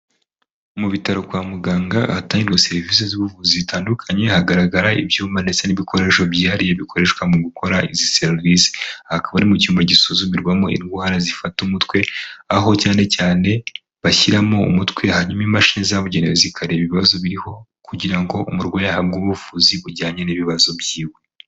Mu bitaro kwa muganga hatangirwa serivisi z'ubuvuzi zitandukanye, hagaragara ibyuma ndetse n'ibikoresho byihariye bikoreshwa mu gukora izi serivisi. Hakaba ari mu cyumba gisuzumirwamo indwara zifata umutwe, aho cyane cyane bashyiramo umutwe hanyuma imashini zabugenewe zikareba ibibazo biriho kugira ngo umurwayi ahabwe ubuvuzi bujyanye n'ibibazo by'iwe.